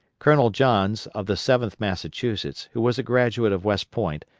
colonel johns, of the seventh massachusetts, who was a graduate of west point,